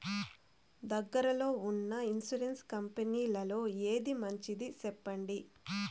దగ్గర లో ఉన్న ఇన్సూరెన్సు కంపెనీలలో ఏది మంచిది? సెప్పండి?